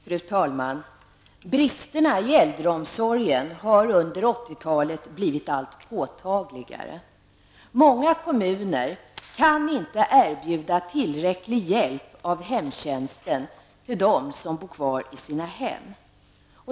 Fru talman! Bristerna i äldreomsorgen har under 1980-talet blivit allt påtagligare. Många kommuner kan inte erbjuda tillräcklig hjälp genom hemtjänsten till dem som bor kvar i sina hem.